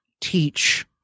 teach